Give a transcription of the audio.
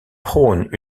prône